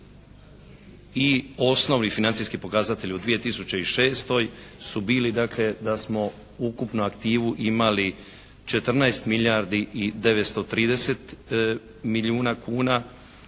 i osnovni financijski pokazatelj u 2006. su bili dakle da smo ukupnu aktivu imali 14 milijardi i 930 milijuna kuna,